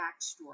backstory